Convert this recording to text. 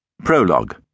Prologue